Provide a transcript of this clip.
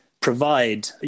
provide